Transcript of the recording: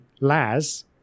LAS